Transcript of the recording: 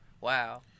Wow